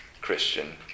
Christian